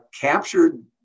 captured